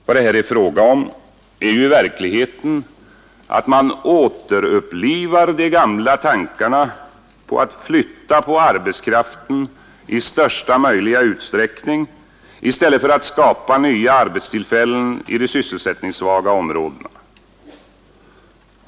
Vad det här är fråga om är ju i verkligheten att man återupplivar de gamla tankarna på att flytta på arbetskraften i största möjliga utsträckning i stället för att skapa nya arbetstillfällen i de sysselsättningssvaga områdena.